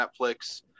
Netflix